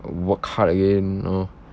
work hard again you know